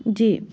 जी